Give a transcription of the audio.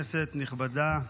נכבדה,